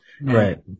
Right